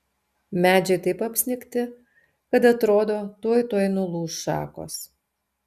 medžiai taip apsnigti kad atrodo tuoj tuoj nulūš šakos